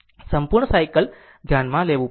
સંપૂર્ણ સાયકલ ધ્યાનમાં લેવું પડશે